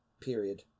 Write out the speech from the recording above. period